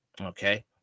Okay